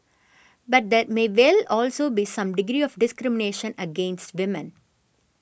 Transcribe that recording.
but there may well also be some degree of discrimination against women